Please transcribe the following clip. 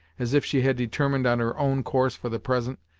as if she had determined on her own course for the present.